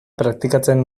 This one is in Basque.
praktikatzen